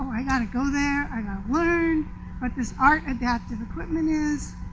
i got to go there. i got to learn what this art adaptive equipment is.